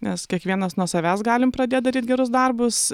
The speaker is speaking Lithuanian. nes kiekvienas nuo savęs galim pradėt daryt gerus darbus